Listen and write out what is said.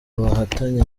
bahatanye